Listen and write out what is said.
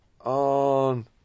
on